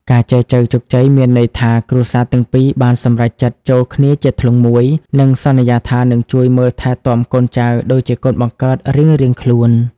ការចែចូវជោគជ័យមានន័យថា គ្រួសារទាំងពីរបានសម្រេចចិត្ត "ចូលគ្នាជាធ្លុងមួយ" និងសន្យាថានឹងជួយមើលថែទាំកូនចៅដូចជាកូនបង្កើតរៀងៗខ្លួន។